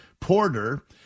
Porter